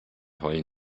heulen